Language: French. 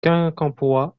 quincampoix